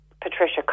Patricia